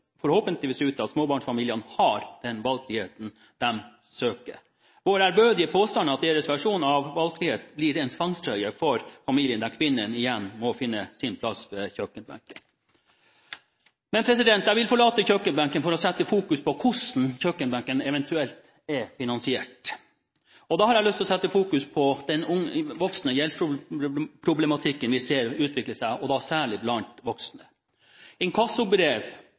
av valgfrihet blir en tvangstrøye for familien, der kvinnen igjen må finne sin plass ved kjøkkenbenken. Men jeg vil forlate kjøkkenbenken for å fokusere på hvordan kjøkkenbenken eventuelt er finansiert. Da har jeg lyst til å fokusere på den voksende gjeldsproblematikken vi ser utvikle seg, og da særlig blant voksne.